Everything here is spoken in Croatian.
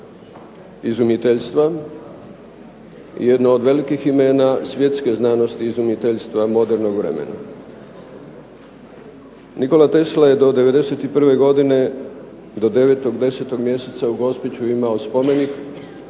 izumiteljstva, jedno od velikih imena svjetske znanosti i izumiteljstva modernog vremena. Nikola Tesla je do '91. godine, do 9., 10. mjeseca u Gospiću imao spomenik,